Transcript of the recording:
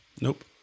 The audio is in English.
Nope